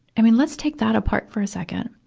i mean, let's take that apart for a second.